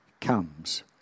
comes